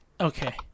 okay